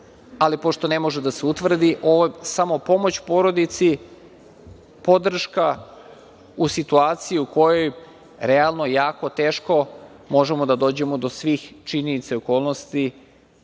ali pošto ne može da se utvrdi, ovo je samo pomoć porodici, podrška u situaciji u kojoj realno jako teško možemo da dođemo do svih činjenica i okolnosti